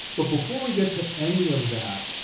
but before we get to any of that,